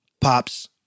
pops